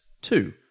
two